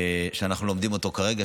שאנחנו לומדים אותו כרגע,